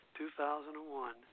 2001